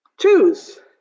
Choose